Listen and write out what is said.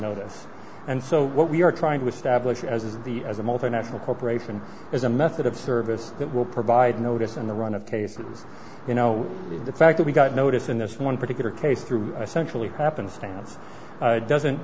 this and so what we are trying to establish as the as a multinational corporation is a method of service that will provide notice in the run of cases you know the fact that we got noticed in this one particular case through a centrally happenstance doesn't